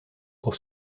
pour